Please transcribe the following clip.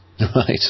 right